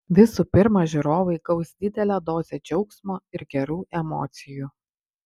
visų pirma žiūrovai gaus didelę dozę džiaugsmo ir gerų emocijų